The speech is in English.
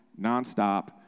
nonstop